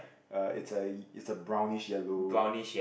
uh it's a it's a brownish yellow